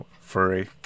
furry